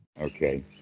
Okay